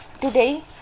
today